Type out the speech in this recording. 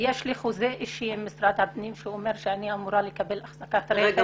יש לי חוזה אישי עם משרד הפנים שאומר שאני אמורה לקבל אחזקת רכב.